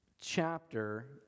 chapter